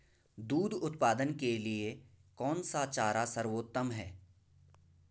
दूध उत्पादन के लिए कौन सा चारा सर्वोत्तम है?